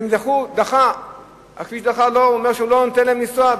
הוא דחה את העתירה שלהם ואמר שהוא לא נותן להם לנסוע.